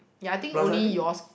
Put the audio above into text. ya I think only yours